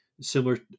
similar